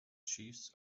chiefs